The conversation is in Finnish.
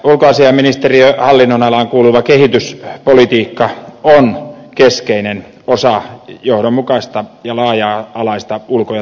ulkoasiainministeriön hallinnonalaan kuuluva kehityspolitiikka on keskeinen osa johdonmukaista ja laaja alaista ulko ja turvallisuuspolitiikkaamme